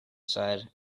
said